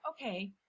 okay